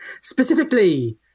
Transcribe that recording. specifically